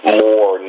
more